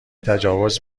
تجاوز